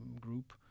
group